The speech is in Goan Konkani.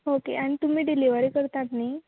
ओके आनी तुमी डिलीवरी करतात न्ही